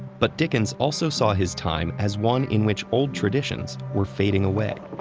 but dickens also saw his time as one in which old traditions were fading away.